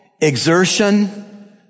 exertion